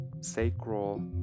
sacral